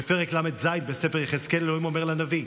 בפרק ל"ז בספר יחזקאל אלוהים אומר לנביא: